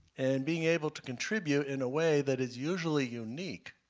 and being able to contribute in a way that is usually unique